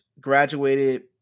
graduated